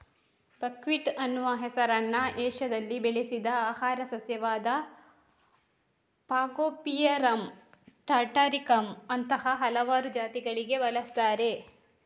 buckwheat ಅನ್ನುವ ಹೆಸರನ್ನ ಏಷ್ಯಾದಲ್ಲಿ ಬೆಳೆಸಿದ ಆಹಾರ ಸಸ್ಯವಾದ ಫಾಗೋಪಿರಮ್ ಟಾಟಾರಿಕಮ್ ಅಂತಹ ಹಲವಾರು ಜಾತಿಗಳಿಗೆ ಬಳಸ್ತಾರೆ